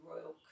Royal